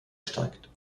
steigt